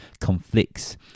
conflicts